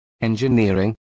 engineering